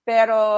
Pero